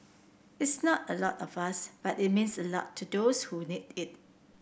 it's not a lot of us but it means a lot to those who need it